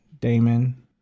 Damon